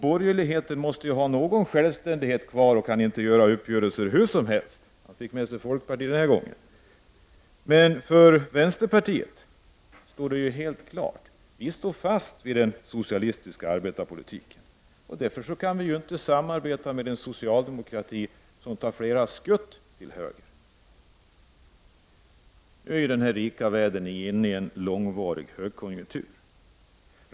Borgerligheten måste ju ha någon självständighet kvar och kan inte träffa uppgörelser hur som helst. Den här gången fick regeringen med sig folkpartiet. För vänsterpartiet stod det ju helt klart att det skulle hålla fast vid den socialistiska arbetarpolitiken. Därför kan vi inte samarbeta med en socialdemokrati som tar flera skutt åt höger. Nu är ju den rika världen inne i en långvarig högkonjunktur.